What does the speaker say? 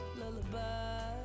lullaby